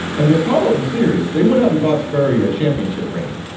and the apollos were serious. they went out and bought spurrier a championship ring.